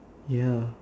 ya